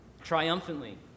triumphantly